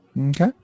Okay